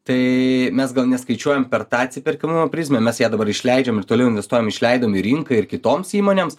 tai mes gal neskaičiuojam per tą atsiperkamumo prizmę mes ją dabar išleidžiam ir toliau investuojam išleidom į rinką ir kitoms įmonėms